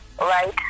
right